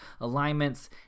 alignments